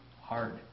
hard